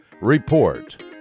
Report